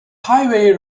highway